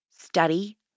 study